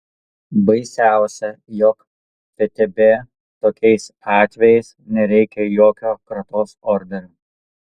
baisiausia jog ftb tokiais atvejais nereikia jokio kratos orderio